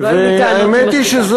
והאמת היא,